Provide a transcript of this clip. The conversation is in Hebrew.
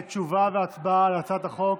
תשובה והצבעה על הצעת החוק